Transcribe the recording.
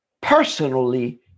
personally